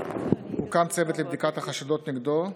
הוקם צוות לבדיקת החשדות נגדו.